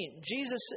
Jesus